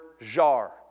Jar